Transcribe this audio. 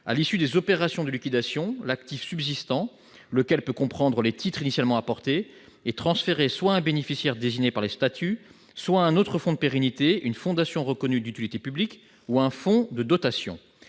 À l'issue des opérations de liquidation, l'actif subsistant, lequel peut comprendre les titres initialement apportés, sera transféré soit à un bénéficiaire désigné par les statuts, soit à un autre fonds de pérennité, une fondation reconnue d'utilité publique ou un fonds de dotation.